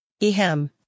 Ehem